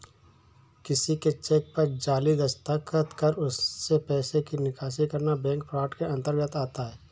किसी के चेक पर जाली दस्तखत कर उससे पैसे की निकासी करना बैंक फ्रॉड के अंतर्गत आता है